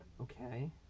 okay